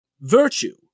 Virtue